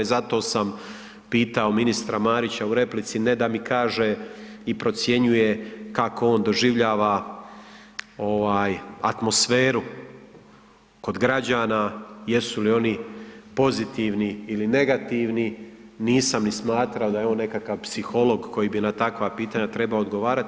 Zato sam pitao ministra Marića u replici ne da mi kaže i procjenjuje kako on doživljava atmosferu kod građana, jesu li oni pozitivni ili negativni, nisam ni smatrao da je on nekakav psiholog koji bi na takva pitanja trebao odgovarati.